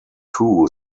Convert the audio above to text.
two